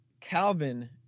Calvin